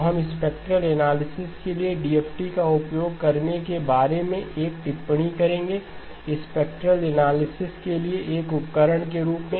तो हम spectral analysis के लिए DFT का उपयोग करने के बारे में एक टिप्पणी करेंगे स्पेक्ट्रेल एनालिसिस के लिए एक उपकरण के रूप में